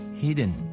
hidden